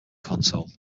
console